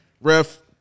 Ref